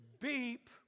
Beep